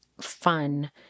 fun